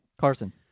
Carson